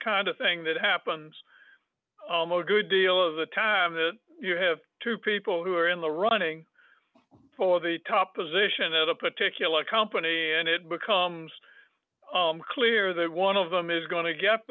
kind of thing that happens oh most good deal of the time that you have two people who are in the running for the top position at a particular company and it becomes clear that one of them is going to get